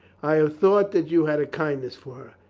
i have thought that you had a kindness for her.